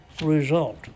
result